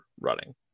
running